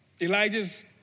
Elijah's